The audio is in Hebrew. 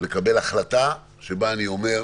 לקבל החלטה שבה אני אומר: